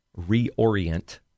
reorient